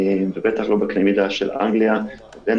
ובטח לא בקנה מידה של אנגליה ודנמרק,